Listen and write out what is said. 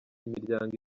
imiryango